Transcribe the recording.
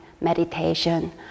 meditation